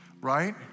right